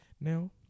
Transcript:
now